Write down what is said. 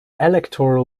electoral